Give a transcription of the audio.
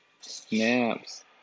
Snaps